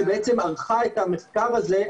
שבעצם ערכה את המחקר הזה.